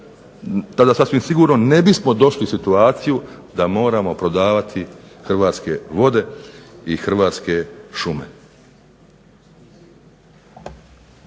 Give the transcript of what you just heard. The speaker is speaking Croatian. tada sasvim sigurno ne bismo došli u situaciju da moramo prodavati Hrvatske vode i Hrvatske šume.